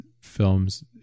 films